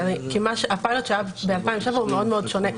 כי הפיילוט שהיה ב-2007 הוא מאוד שונה.